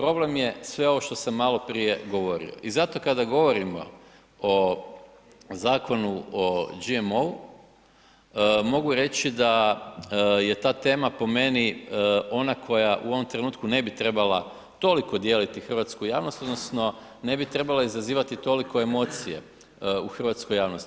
Problem je sve ovo što sam maloprije govorio i zato kada govorimo o Zakonu o GMO-u, mogu reći da je ta tema po meni ona koja u ovom trenutku ne bi trebala toliko dijeliti hrvatsku javnost odnosno ne bi trebala izazivati toliko emocije u hrvatskoj javnosti.